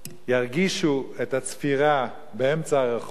ירגישו את הצפירה באמצע הרחוב